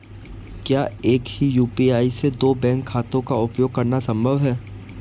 क्या एक ही यू.पी.आई से दो बैंक खातों का उपयोग करना संभव है?